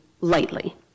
lightly